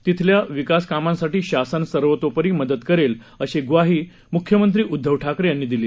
तेथल्या विकास कामांसाठी शासन सर्वतोपरी मदत करेल अशी ग्वाही म्ख्यमंत्री उद्धव ठाकरे यांनी दिली